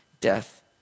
death